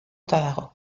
dago